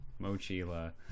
Mochila